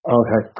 okay